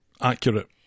accurate